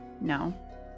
No